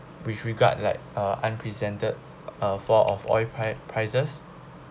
which regard like uh unprecedented uh fall of oil pri~ prices